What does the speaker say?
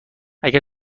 اگر